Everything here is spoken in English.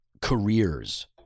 careers